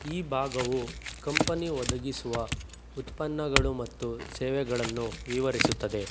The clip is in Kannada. ಈ ಭಾಗವು ಕಂಪನಿ ಒದಗಿಸುವ ಉತ್ಪನ್ನಗಳು ಮತ್ತು ಸೇವೆಗಳನ್ನು ವಿವರಿಸುತ್ತದೆ